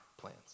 plans